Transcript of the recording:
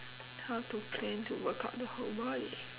how to plan to work out the whole body